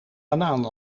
banaan